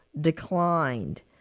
declined